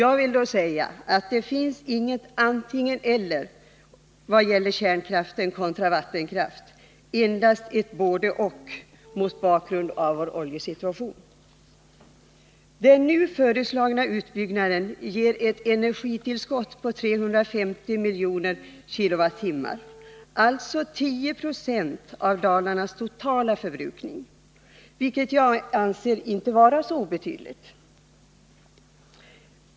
Men det finns inget antingen. eller i vad gäller kärnkraft kontra vattenkraft utan, på grund av vår oljesituation, endast ett både-och. Den nu föreslagna utbyggnaden ger ett energitillskott på 350 miljoner KWh, alltså 10 96 av Dalarnas totala förbrukning, vilket jag inte anser vara så obetydligt.